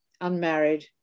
unmarried